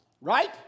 Right